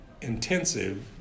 intensive